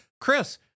Chris